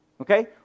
Okay